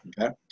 Okay